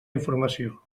informació